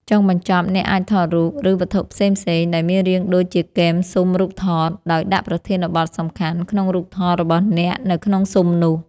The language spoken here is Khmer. ចុងបញ្ចប់ អ្នកអាចថតរូប ឬវត្ថុផ្សេងៗ ដែលមានរាងដូចជាគែមស៊ុមរូបថត ដោយដាក់ប្រធានបទសំខាន់ក្នុងរូបថតរបស់អ្នកនៅក្នុងស៊ុមនោះ។